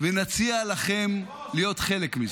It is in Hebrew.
ונציע לכם להיות חלק מזה.